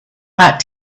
hot